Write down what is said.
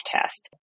test